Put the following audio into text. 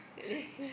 the